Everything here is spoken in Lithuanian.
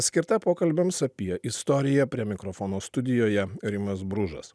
skirta pokalbiams apie istoriją prie mikrofono studijoje rimas bružas